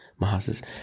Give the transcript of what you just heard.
Mahasis